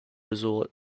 resort